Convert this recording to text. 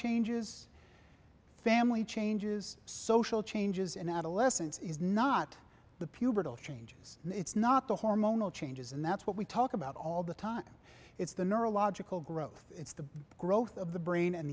changes family changes social changes in adolescence is not the pubertal changes it's not the hormonal changes and that's what we talk about all the time it's the neurological growth it's the growth of the brain and